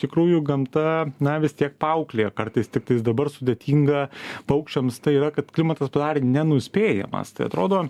tikrųjų gamta na vis tiek paauklėja kartais tiktais dabar sudėtinga paukščiams tai yra kad klimatas ar nenuspėjamas tai atrodo